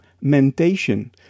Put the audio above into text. mentation